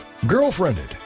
Girlfriended